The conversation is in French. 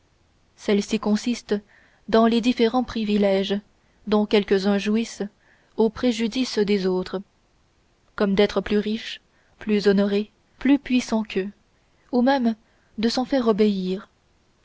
celle-ci consiste dans les différents privilèges dont quelques-uns jouissent au préjudice des autres comme d'être plus riches plus honorés plus puissants qu'eux ou même de s'en faire obéir